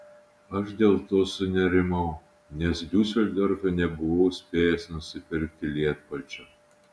aš dėl to sunerimau nes diuseldorfe nebuvau spėjęs nusipirkti lietpalčio